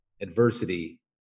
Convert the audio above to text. adversity